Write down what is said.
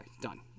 done